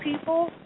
people